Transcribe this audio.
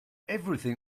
everything